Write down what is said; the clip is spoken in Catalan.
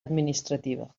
administrativa